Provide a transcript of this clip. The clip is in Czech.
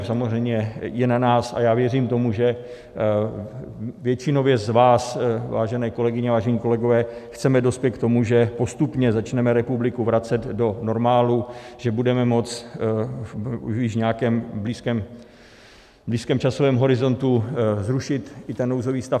Samozřejmě je na nás a já věřím tomu, že většinově z vás, vážené kolegyně, vážení kolegové, chceme dospět k tomu, že postupně začneme republiku vracet do normálu, že budeme moct už i v nějakém blízkém časovém horizontu zrušit i nouzový stav.